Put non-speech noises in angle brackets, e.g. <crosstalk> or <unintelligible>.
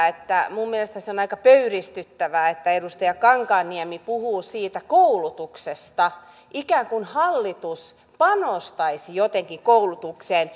<unintelligible> että minun mielestäni on aika pöyristyttävää että edustaja kankaanniemi puhuu koulutuksesta ikään kuin hallitus panostaisi jotenkin koulutukseen <unintelligible>